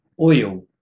Oil